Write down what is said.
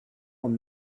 were